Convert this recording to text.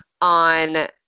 on